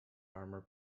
armor